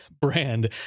brand